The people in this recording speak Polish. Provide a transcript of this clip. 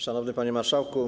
Szanowny Panie Marszałku!